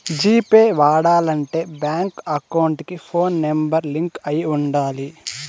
G Pay వాడాలంటే bank account కి phone number link అయి ఉండాలి